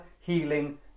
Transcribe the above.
healing